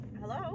Hello